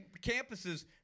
campuses